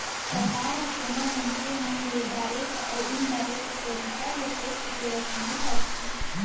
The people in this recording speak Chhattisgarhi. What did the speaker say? सरकार ह कोनो मनसे मन ले डारेक्ट अउ इनडारेक्ट तरीका ले टेक्स के वसूली करथे